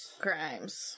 Grimes